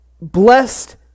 blessed